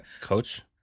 Coach